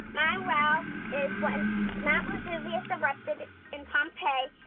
my wow is when mount mount vesuvius erupted in pompeii,